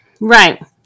Right